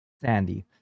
sandy